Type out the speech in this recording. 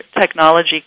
technology